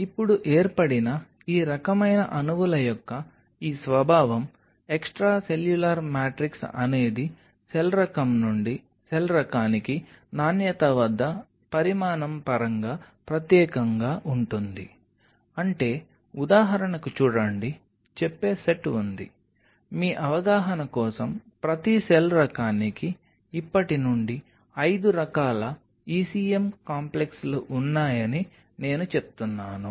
ఇప్పుడు ఏర్పడిన ఈ రకమైన అణువుల యొక్క ఈ స్వభావం ఎక్స్ట్రాసెల్యులర్ మ్యాట్రిక్స్ అనేది సెల్ రకం నుండి సెల్ రకానికి నాణ్యత వద్ద పరిమాణం పరంగా ప్రత్యేకంగా ఉంటుంది అంటే ఉదాహరణకు చూడండి చెప్పే సెట్ ఉంది మీ అవగాహన కోసం ప్రతి సెల్ రకానికి ఇప్పటి నుండి 5 రకాల ECM కాంప్లెక్స్లు ఉన్నాయని నేను చెప్తున్నాను